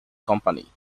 company